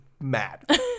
Mad